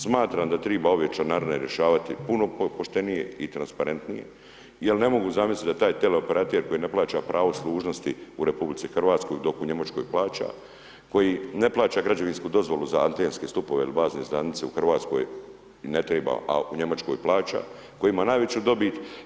Smatram da treba ove članarine rješavati puno poštenije i transparentnije jer ne mogu zamisliti da taj teleoperater koji ne plaća pravo služnosti u RH dok u Njemačkoj plaća, koji ne plaća građevinsku dozvolu za antenske stupove ili bazne stanice u Hrvatskoj i ne treba a u Njemačkoj plaća, koji ima najveću dobit.